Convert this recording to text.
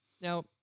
Now